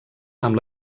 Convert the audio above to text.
amb